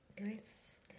Nice